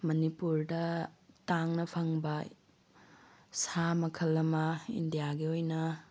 ꯃꯅꯤꯄꯨꯔꯗ ꯇꯥꯡꯅ ꯐꯪꯕ ꯁꯥ ꯃꯈꯜ ꯑꯃ ꯏꯟꯗꯤꯌꯥꯒꯤ ꯑꯣꯏꯅ